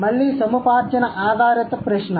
మళ్ళీ సముపార్జన ఆధారిత ప్రశ్న